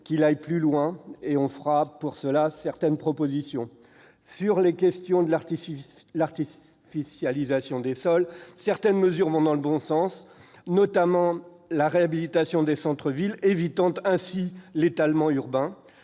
qu'il aille plus loin. Nous ferons, à cette fin, certaines propositions. Sur la question de l'artificialisation des sols, certaines mesures vont dans le bon sens, notamment la réhabilitation des centres-villes, qui permet d'éviter l'étalement urbain.